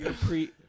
pre